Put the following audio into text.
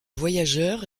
voyageurs